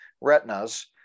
retinas